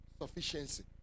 Sufficiency